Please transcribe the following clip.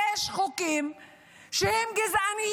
יש חוקים גזעניים.